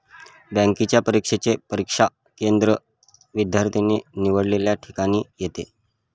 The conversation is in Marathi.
बँकेच्या परीक्षेचे परीक्षा केंद्र विद्यार्थ्याने निवडलेल्या ठिकाणी येते